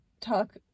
talk